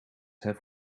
have